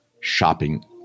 shopping